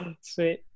Sweet